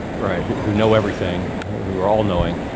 right. who know everything, who are all-knowing.